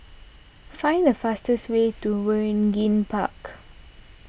find the fastest way to Waringin Park